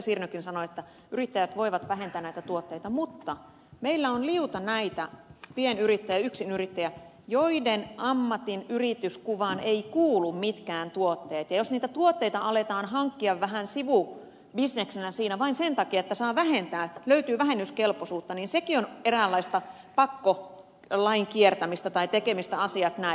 sirnökin sanoi että yrittäjät voivat vähentää näitä tuotteita mutta meillä on liuta näitä pienyrittäjiä yksinyrittäjiä joiden ammatin yrityskuvaan eivät kuulu mitkään tuotteet ja jos niitä tuotteita aletaan hankkia vähän sivubisneksenä siinä vain sen takia että saa vähentää löytyy vähennyskelpoisuutta niin sekin on eräänlaista pakkoa lain kiertämistä tai asioiden tekemistä näin